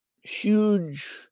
huge